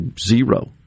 zero